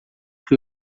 que